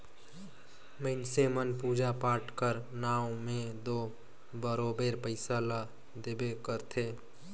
मइनसे मन पूजा पाठ कर नांव में दो बरोबेर पइसा ल देबे करथे